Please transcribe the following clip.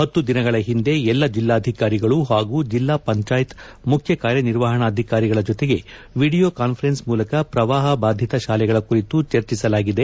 ಹತ್ತು ದಿನಗಳ ಹಿಂದೆ ಎಲ್ಲ ಜಿಲ್ಲಾಧಿಕಾರಿಗಳು ಹಾಗೂ ಜಿಲ್ಲಾ ಪಂಚಾಯಿತಿ ಮುಖ್ಯ ಕಾರ್ಯನಿರ್ವಾಹಣಾಧಿಕಾರಿಗಳ ಜೊತೆಗೆ ವಿಡಿಯೋ ಕಾನ್ವರೆನ್ಸ್ ಮೂಲಕ ಪ್ರವಾಹ ಬಾಧಿತ ಶಾಲೆಗಳ ಕುರಿತು ಚರ್ಚಿಸಲಾಗಿದೆ